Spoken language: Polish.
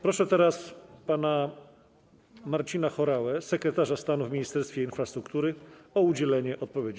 Proszę teraz pana Marcina Horałę, sekretarza stanu w Ministerstwie Infrastruktury, o udzielenie odpowiedzi.